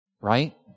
right